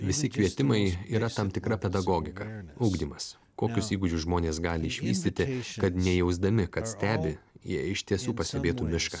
visi kvietimai yra tam tikra pedagogika ugdymas kokius įgūdžius žmonės gali išvystyti kad nejausdami kad stebi jie iš tiesų pastebėtų mišką